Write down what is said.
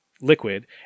liquid